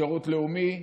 שירות לאומי,